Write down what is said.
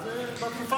אז בתקופה המקבילה.